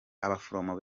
abaforomo